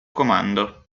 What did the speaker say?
comando